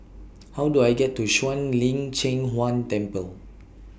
How Do I get to Shuang Lin Cheng Huang Temple